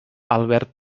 albert